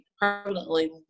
permanently